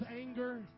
anger